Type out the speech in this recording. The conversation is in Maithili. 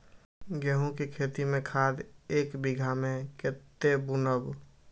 गेंहू के खेती में खाद ऐक बीघा में कते बुनब?